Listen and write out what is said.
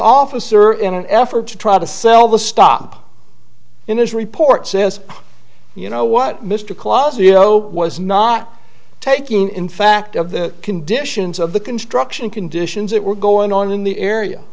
officer in an effort to try to sell the stop in his report says you know what mr klaas you know was not taking in fact of the conditions of the construction conditions that were going on in the area